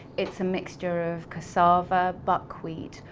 it's a mixture of cassava, buckwheat,